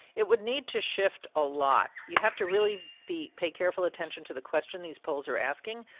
it would need to shift a lot. you have to really be pay careful attention to the question these polls are asking.